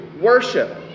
worship